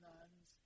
Nuns